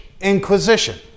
Inquisition